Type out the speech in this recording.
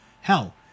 Hell